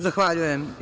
Zahvaljujem.